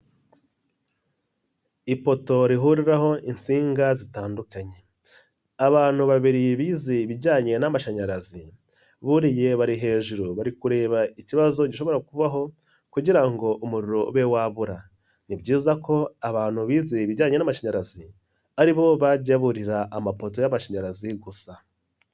Ipoto rihuriraho insinga zitandukanye, abantu babiri bize ibijyanye n'amashanyarazi, buriye bari hejuru bari kureba ikibazo gishobora kubaho kugira ngo umuriro ube wabura. Ni byiza ko abantu bize ibijyanye n'amashanyarazi ari bo bajya burira amapoto y'amashanyarazi gusa.